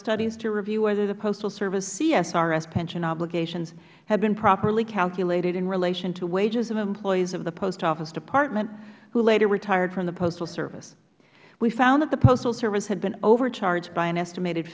studies to review whether the postal service csrs pension obligations had been properly calculated in relation to wages of employees of the post office department who later retired from the postal service we found that the postal service had been overcharged by an estimated